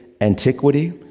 Antiquity